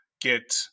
get